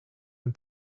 and